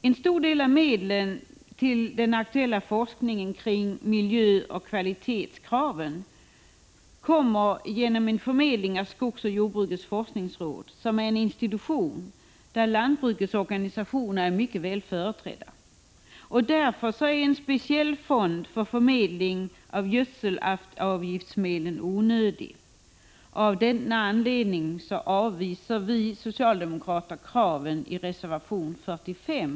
En stor del av medlen till den aktuella forskningen kring miljöoch kvalitetskraven kommer genom förmedling av skogsoch jordbrukets forskningsråd, som är en institution där lantbrukets organisationer är mycket väl företrädda. Därför är en speciell fond för förmedling av gödselavgiftsmedel onödig. Av den anledningen avvisar vi socialdemokrater kraven i reservation 45.